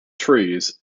trees